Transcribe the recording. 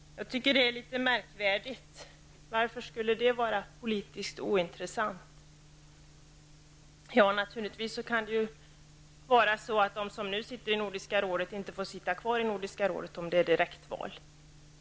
Jag tycker att det är litet märkvärdigt. Varför skulle det vara politiskt ointressant? Det kan ju naturligtvis vara så att de som nu sitter i Nordiska rådet inte får sitta kvar i Nordiska rådet om man har direktval.